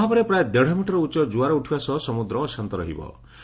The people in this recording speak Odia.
ଏହାର ପ୍ରଭାବରେ ପ୍ରାୟ ଦେଢ଼ ମିଟର ଉଚ ଜୁଆର ଉଠିବା ସହ ସମୁଦ୍ର ଅଶାନ୍ତ ରହିବ